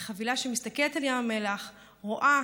לחבילה שמסתכלת על ים המלח ורואה